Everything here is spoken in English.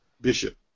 Bishop